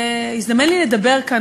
אלון בקל גם עבד שם, באמת, זיכרונם לברכה,